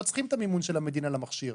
לא צריכים את המימון של המדינה למכשיר.